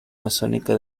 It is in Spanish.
masónica